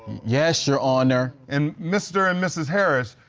yes, your honor. and mr. and mrs. harris,